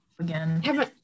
again